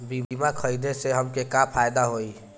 बीमा खरीदे से हमके का फायदा होई?